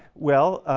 well,